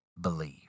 believe